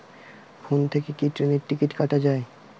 Phone থেকে কি ট্রেনের টিকিট কাটা য়ায়?